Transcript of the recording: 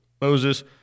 Moses